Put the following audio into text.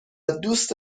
دوست